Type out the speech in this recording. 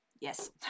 yes